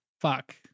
Fuck